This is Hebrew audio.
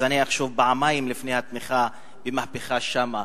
אז אני אחשוב פעמיים לפני התמיכה במהפכה שם.